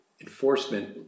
enforcement